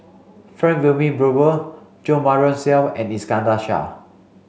Frank Wilmin Brewer Jo Marion Seow and Iskandar Shah